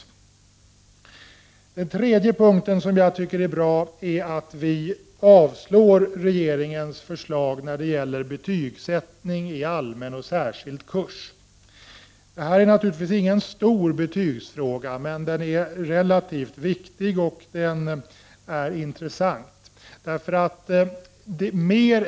Den tredje punkten som jag tycker är bra är att utbildningsutskottet avstyrker regeringens förslag när det gäller betygssättning i allmän och särskild kurs. Detta gäller naturligtvis inte någon stor betygsfråga, men den är relativt viktig, och den är intressant.